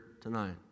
tonight